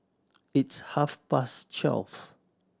its half past twelve